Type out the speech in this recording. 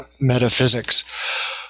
metaphysics